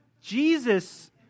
Jesus